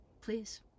please